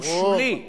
שהוא שולי,